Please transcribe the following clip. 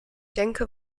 denke